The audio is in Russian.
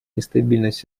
нестабильность